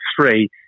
three